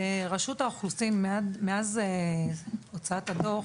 רשות האוכלוסין, מאז הוצאת הדוח,